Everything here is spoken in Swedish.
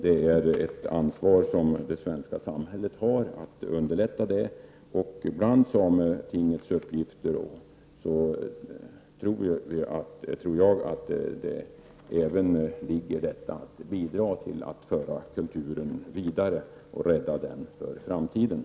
Det svenska samhället har ett ansvar att underlätta detta. Bland tingets uppgifter kunde också finnas att bidra till att föra kulturen vidare och rädda den för framtiden.